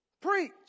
preach